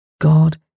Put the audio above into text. God